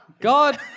God